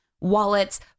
wallets